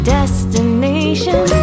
destination